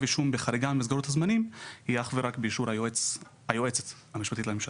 אישום בחריגה מסדר הזמנים היא אך ורק באישור היועצת המשפטית לממשלה.